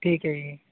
ਠੀਕ ਹੈ ਜੀ